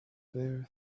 there